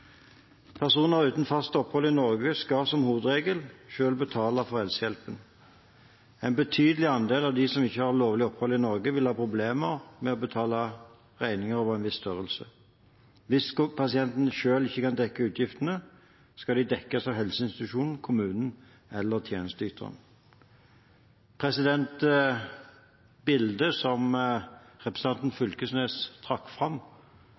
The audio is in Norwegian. Personer uten fast opphold i Norge skal som hovedregel selv betale for helsehjelpen. En betydelig andel av dem som ikke har lovlig opphold i Norge, vil ha problemer med å betale regninger over en viss størrelse. Hvis pasienten selv ikke kan dekke utgiften, skal den dekkes av helseinstitusjonen, kommunen eller tjenesteyteren. Bildet som representanten Knag Fylkesnes trakk fram,